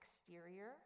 exterior